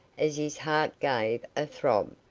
as his heart gave a throb,